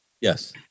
Yes